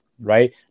right